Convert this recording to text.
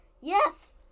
Yes